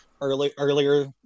earlier